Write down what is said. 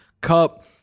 Cup